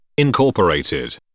Incorporated